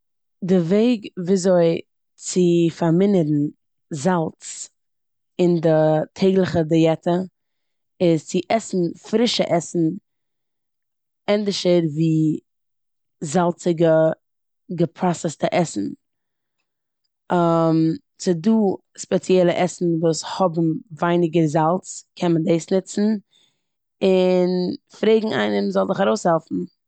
די וועג וויאזוי צו פארמינערן זאלץ אין די טעגליכע דיעטע איז צו עסן פרישע עסן ענדערש ווי זאלציגע, געפראסעסטע עסן. ס'דא ספעציעלע עסן וואס האבן ווייניגער זאלץ, קען מען דאס נוצן און פרעגן איינעם זאל דיך ארויסהעלפן.